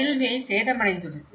railway சேதமடைந்துள்ளது